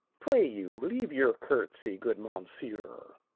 pray you, leave your curtsy, good mounsieur.